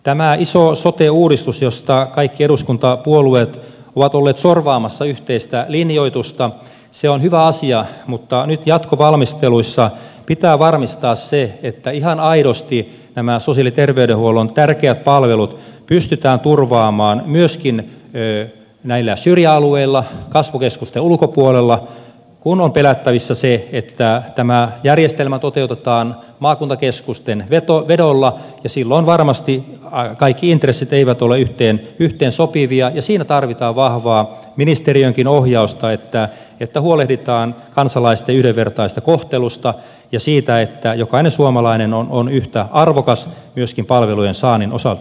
tämä iso sote uudistus josta kaikki eduskuntapuolueet ovat olleet sorvaamassa yhteistä linjoitusta on hyvä asia mutta nyt jatkovalmisteluissa pitää varmistaa se että ihan aidosti nämä sosiaali ja terveydenhuollon tärkeät palvelut pystytään turvaamaan myöskin näillä syrjäalueilla kasvukeskusten ulkopuolella kun on pelättävissä että tämä järjestelmä toteutetaan maakuntakeskusten vedolla ja silloin varmasti kaikki intressit eivät ole yhteensopivia ja siinä tarvitaan vahvaa ministeriönkin ohjausta että huolehditaan kansalaisten yhdenvertaisesta kohtelusta ja siitä että jokainen suomalainen on yhtä arvokas myöskin palvelujen saannin osalta